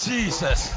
Jesus